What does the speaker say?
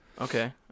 Okay